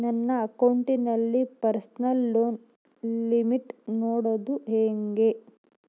ನನ್ನ ಅಕೌಂಟಿನಲ್ಲಿ personal loan limit ನೋಡದು ಹೆಂಗೆ?